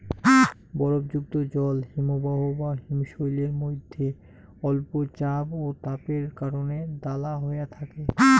বরফযুক্ত জল হিমবাহ বা হিমশৈলের মইধ্যে অল্প চাপ ও তাপের কারণে দালা হয়া থাকে